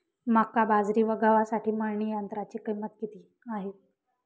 मका, बाजरी व गव्हासाठी मळणी यंत्राची किंमत किती आहे?